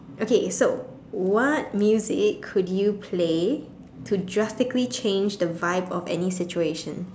okay so what music could you play to drastically change the vibe of any situation